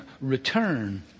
return